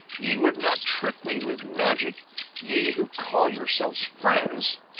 ye would not trick me with magic ye, who call yourselves friends!